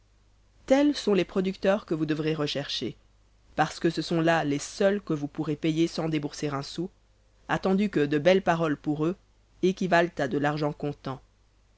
tels sont les producteurs que vous devrez rechercher parce que ce sont là les seuls que vous pourrez payer sans débourser un sou attendu que de belles paroles pour eux équivalent à de l'argent comptant